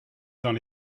dans